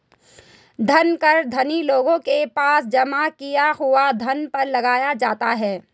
धन कर धनी लोगों के पास जमा किए हुए धन पर लगाया जाता है